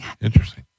Interesting